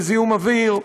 בזיהום אוויר.